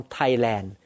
Thailand